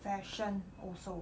session also